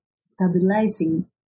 stabilizing